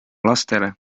lastele